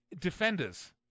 Defenders